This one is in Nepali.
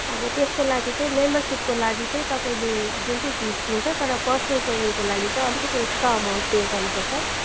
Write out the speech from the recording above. अब त्यसको लागि चाहिँ मेम्बरसिपको लागि चाहिँ तपाईँले जुन चाहिँ फिस दिन्छ तर पर्सनल ट्रेनिङको लागि चाहिँ अतिकति एक्सट्रा अमाउन्ट पे गर्नुपर्छ